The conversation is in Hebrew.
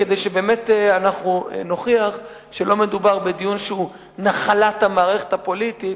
כדי שבאמת נוכיח שלא מדובר בדיון שהוא נחלת המערכת הפוליטית,